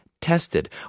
tested